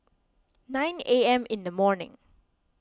nine A M in the morning